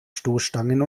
stoßstangen